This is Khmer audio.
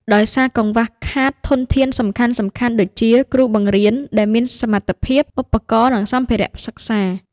ដោយសារកង្វះខាតធនធានសំខាន់ៗដូចជា គ្រូបង្រៀនដែលមានសមត្ថភាព ឧបករណ៍ និងសម្ភារៈសិក្សា។